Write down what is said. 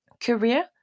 career